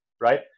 right